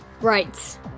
Right